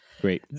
Great